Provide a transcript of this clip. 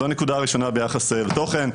זו הנקודה הראשונה ביחסי לתוכן.